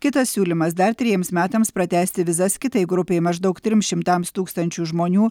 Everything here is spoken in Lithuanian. kitas siūlymas dar trejiems metams pratęsti vizas kitai grupei maždaug trims šimtams tūkstančių žmonių